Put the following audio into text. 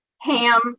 Ham